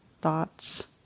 thoughts